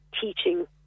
teaching